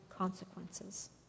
consequences